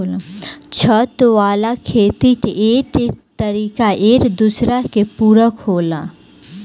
छत वाला खेती के तरीका एक दूसरा के पूरक होला